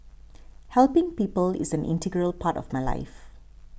helping people is an integral part of my life